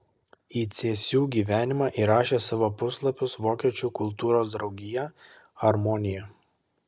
į cėsių gyvenimą įrašė savo puslapius vokiečių kultūros draugija harmonija